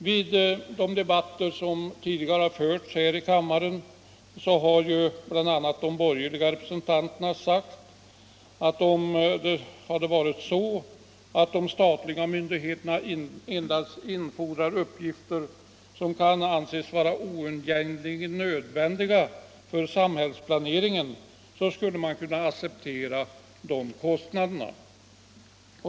Vid de debatter som tidigare förts här i riksdagen har bl.a. de borgerliga representanterna sagt att om de statliga myndigheterna endast infordrade uppgifter som kan anses vara oundgängligen nödvändiga för samhällsplaneringen, så skulle man kunna acceptera kostnaderna.